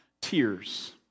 tears